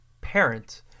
parent